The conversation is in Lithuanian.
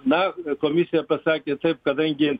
na komisija pasakė taip kadangi